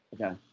Okay